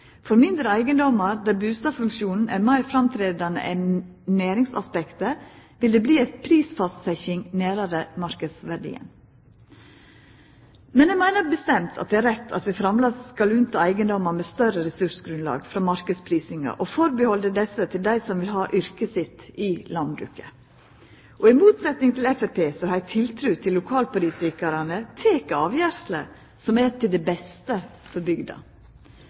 For mindre eigedommar der bustadfunksjonen betyr meir enn næringsaspektet, vil det verta ei prisfastsetjing nærare marknadsverdien. Men eg meiner bestemt det er rett at vi framleis skal frita eigedommar med større ressursgrunnlag for marknadsprising, og gje dei som vil ha yrket sitt i landbruket, forrang til desse eigedommane. I motsetning til Framstegspartiet har eg tiltru til at lokalpolitikarane tek avgjersler som er til beste for bygda.